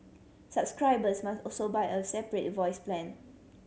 subscribers must also buy a separate voice plan